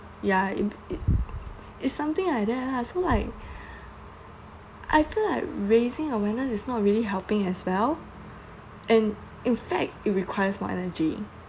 ya it it it's something like that lah some like I feel like raising awareness is not really helping as well and in fact it requires more energy